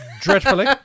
dreadfully